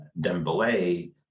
Dembele